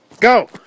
Go